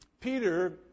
Peter